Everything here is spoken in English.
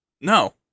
No